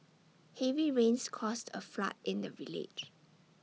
heavy rains caused A flood in the village